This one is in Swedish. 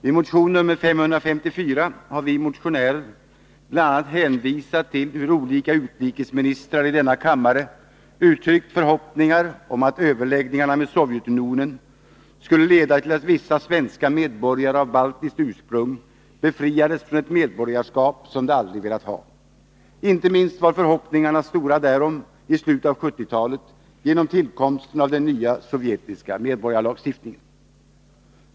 I motion nr 554 har vi motionärer bl.a. hänvisat till hur olika utrikesministrar i denna kammare uttryckt förhoppningar om att överläggningarna med Sovjetunionen skulle leda till att vissa svenska medborgare av baltiskt ursprung befriades från ett medborgarskap som de aldrig velat ha. Inte minst var förhoppningarna därom stora i slutet av 1970-talet genom tillkomsten av den nya sovjetiska medborgarlagstiftningen.